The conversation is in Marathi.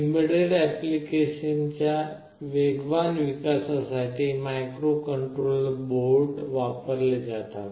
एम्बेडेड अप्लिकेशन्सच्या वेगवान विकासासाठी मायक्रोकंट्रोलर बोर्ड वापरले जातात